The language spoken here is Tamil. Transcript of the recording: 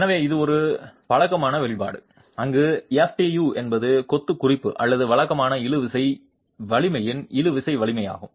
எனவே இது ஒரு பழக்கமான வெளிப்பாடு அங்கு ftu என்பது கொத்து குறிப்பு அல்லது வழக்கமான இழுவிசை வலிமையின் இழுவிசை வலிமையாகும்